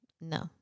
No